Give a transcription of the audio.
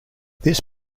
this